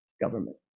government